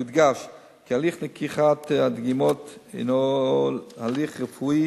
יודגש כי הליך לקיחת הדגימות הינו הליך רפואי